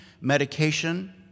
medication